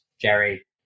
Jerry